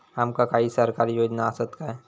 आमका काही सरकारी योजना आसत काय?